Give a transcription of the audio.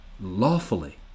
lawfully